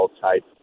type